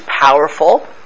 powerful